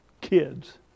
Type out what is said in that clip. kids